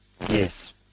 Yes